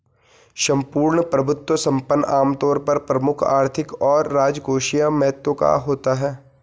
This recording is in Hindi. सम्पूर्ण प्रभुत्व संपन्न आमतौर पर प्रमुख आर्थिक और राजकोषीय महत्व का होता है